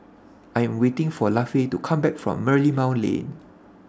I Am waiting For Lafe to Come Back from Merlimau Lane